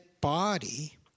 body